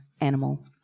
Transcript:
animal